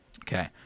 Okay